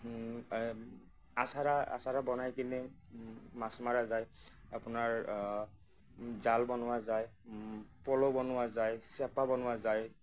আছাৰা আছাৰা বনাই কিনে মাছ মাৰা যায় আপোনাৰ জাল বনোৱা যায় পল বনোৱা যায় চেপা বনোৱা যায়